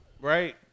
right